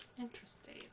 Interesting